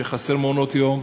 שחסרים מעונות-יום.